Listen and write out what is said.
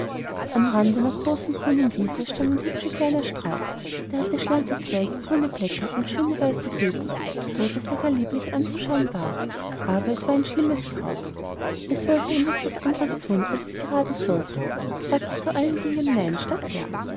am rand einer großen grünen wiese stand ein hübscher kleiner strauch der hatte schlanke zweige grüne blätter und schöne weiße blüten so daß er gar lieblich anzusehen war aber es war ein schlimmes kraut es wollte immer etwas anderes tun als es gerade sollte sagte zu allen dingen nein statt ja